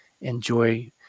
enjoy